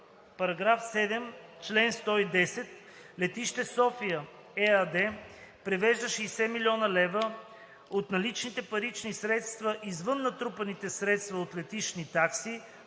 § 7: „§ 7. Чл. 110. „Летище София“ ЕАД превежда 60 млн. лв. от наличните парични средства, извън натрупаните средства от летищни такси